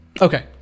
Okay